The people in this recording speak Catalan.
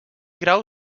grau